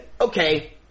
Okay